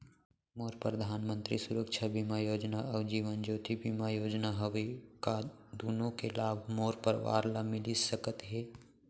मोर परधानमंतरी सुरक्षा बीमा योजना अऊ जीवन ज्योति बीमा योजना हवे, का दूनो के लाभ मोर परवार ल मिलिस सकत हे?